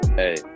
hey